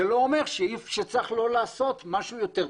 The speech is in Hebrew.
לא אומר שצריך לא לעשות משהו יותר טוב.